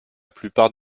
plupart